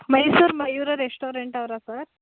Mysuru Mayura restaurant ಅವರಾ sir